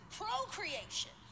procreation